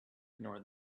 ignore